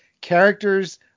characters